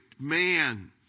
man